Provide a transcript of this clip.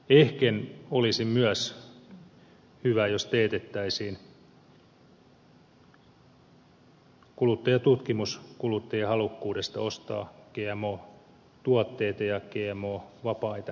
ehkä olisi myös hyvä jos teetettäisiin kuluttajatutkimus kuluttajahalukkuudesta ostaa gmo tuotteita ja gmo vapaita tuotteita